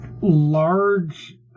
large